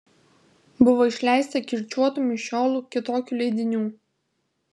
buvo išleista kirčiuotų mišiolų kitokių leidinių